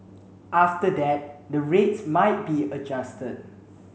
after that the rates might be adjusted